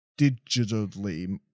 digitally